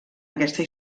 aquesta